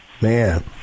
Man